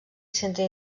centre